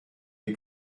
les